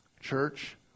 church